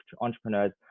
entrepreneurs